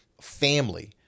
family